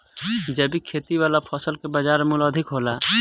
जैविक खेती वाला फसल के बाजार मूल्य अधिक होला